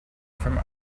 from